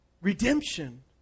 redemption